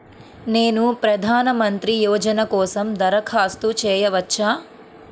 నేను ప్రధాన మంత్రి యోజన కోసం దరఖాస్తు చేయవచ్చా?